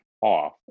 off